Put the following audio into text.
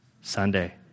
Sunday